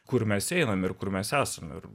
kur mes einam ir kur mes esam ir